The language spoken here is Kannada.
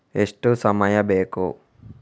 ಎಷ್ಟು ಸಮಯ ಬೇಕು?